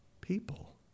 people